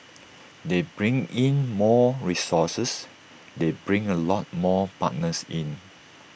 they bring in more resources they bring A lot more partners in